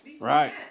Right